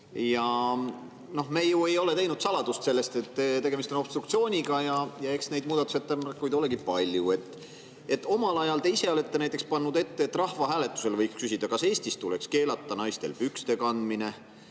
me ei ole teinud saladust sellest, et tegemist on obstruktsiooniga, ja eks neid muudatusettepanekuid olegi palju. Omal ajal te ise olete pannud ette, et rahvahääletusel võiks küsida, kas Eestis tuleks keelata naistel pükste kandmine